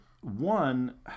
one